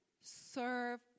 serve